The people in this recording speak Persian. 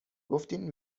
گفتین